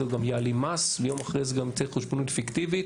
הוא גם יעלים מס ויום אחרי זה גם יוציא חשבונית פיקטיבית,